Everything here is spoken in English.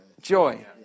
joy